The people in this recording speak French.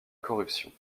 corruption